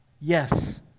Yes